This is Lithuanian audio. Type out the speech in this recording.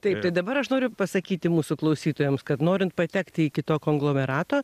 taip tai dabar aš noriu pasakyti mūsų klausytojams kad norint patekti iki to konglomerato